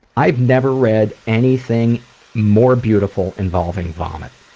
i've never read anything more beautiful involving vomit.